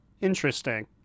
interesting